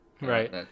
Right